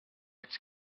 its